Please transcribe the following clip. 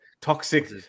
Toxic